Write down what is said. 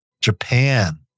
Japan